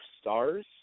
stars